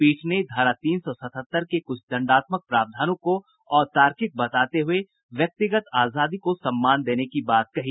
पीठ ने धारा तीन सौ सतहत्तर के कुछ दंडात्मक प्रावधानों को अतार्किक बताते हुए व्यक्तिगत आजादी को सम्मान देने की बात कही